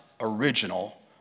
original